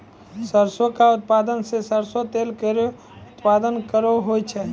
सरसों क उत्पादन सें सरसों तेल केरो उत्पादन होय छै